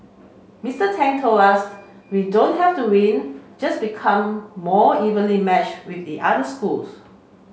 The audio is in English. Mr Tang told us we don't have to win just become more evenly match with the other schools